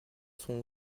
sont